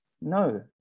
No